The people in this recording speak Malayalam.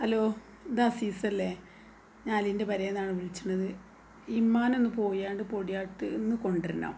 ഹലോ ഇത് ഹസീസല്ലെ അലിൻ്റെ പേരെന്നാണ് വിളിച്ചണത് ഇമ്മനെ ഒന്ന് പോയാണ്ട് പൊടിയാട്ട്ന്ന് കൊണ്ടു വരണം